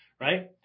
right